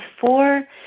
four